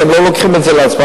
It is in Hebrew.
הם לא לוקחים לעצמם,